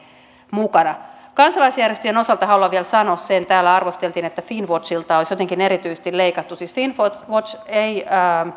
mukana kansalaisjärjestöjen osalta haluan vielä sanoa sen kun täällä arvosteltiin että finn watchilta olisi jotenkin erityisesti leikattu siis finnwatchilta ei